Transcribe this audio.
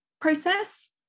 process